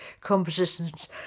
compositions